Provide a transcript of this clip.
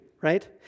right